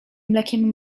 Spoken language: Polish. mlekiem